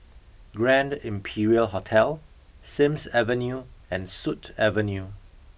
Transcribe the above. Grand Imperial Hotel Sims Avenue and Sut Avenue